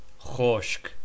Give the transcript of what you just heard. khoshk